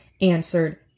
answered